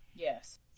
Yes